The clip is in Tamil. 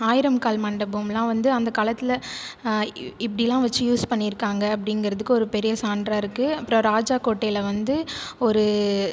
ஆயிரம் கால் மண்டபம்லாம் வந்து அந்த காலத்தில் இப்படிலா வச்சு யூஸ் பண்ணியிருக்காங்க அப்படிங்குறதுக்கு ஒரு பெரிய சான்றாயிருக்கு அப்புறம் ராஜா கோட்டையில் வந்து ஒரு